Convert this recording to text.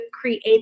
create